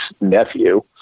nephew